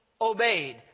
obeyed